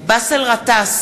באסל גטאס,